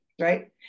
right